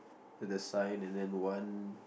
the sign and then one